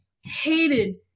hated